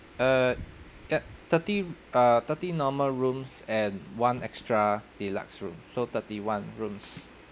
uh at thirty uh thirty normal rooms and one extra deluxe room so thirty one rooms